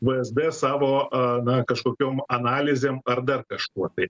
vsd savo a na kažkokiom analizėm ar dar kažkuo tai